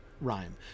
rhyme